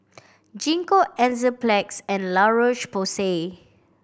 Gingko Enzyplex and La Roche Porsay